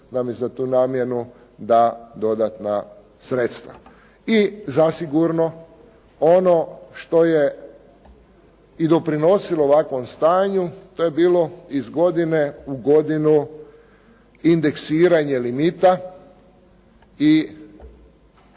da mi za tu namjenu da dodatna sredstva. I zasigurno, ono što je i doprinosilo ovakvom stanju, to je bilo iz godine u godinu indeksiranje limita i